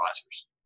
advisors